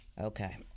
Okay